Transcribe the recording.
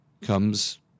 comes